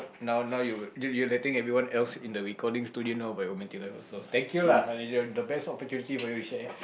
now now you you le~ letting everyone else in the recording studio know about your romantic life also thank you lah this is the best opportunity for you to share